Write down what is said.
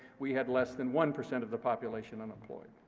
we had less than one percent of the population unemployed.